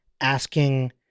asking